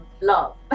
love